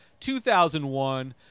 2001